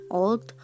old